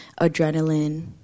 adrenaline